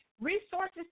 Resources